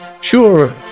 Sure